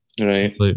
Right